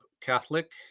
Catholic